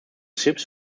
ships